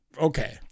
Okay